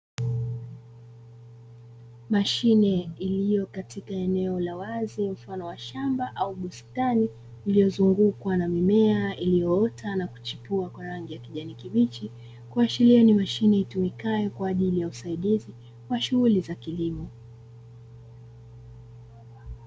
Mashine iliyo katika eneo la wazi, mfano wa shamba au bustani. Iliyozungukwa na mimea iliyoota na kuchipua kwa rangi ya kijani kibichi. Kuashiria ni mashine itumikayo kwa ajili ya uzaidizi wa shughuli za kilimo.